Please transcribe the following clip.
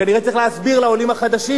כנראה צריך להסביר לעולים החדשים,